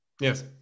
Yes